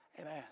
Amen